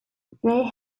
they